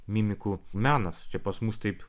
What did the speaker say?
mimikų menas čia pas mus taip